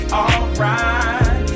alright